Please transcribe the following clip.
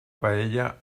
paella